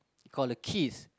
call a kith